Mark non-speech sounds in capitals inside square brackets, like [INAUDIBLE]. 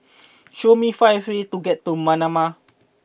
[NOISE] show me five ways to get to Manama